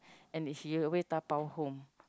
and he away dabao home